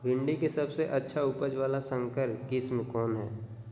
भिंडी के सबसे अच्छा उपज वाला संकर किस्म कौन है?